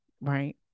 right